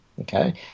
okay